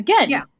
Again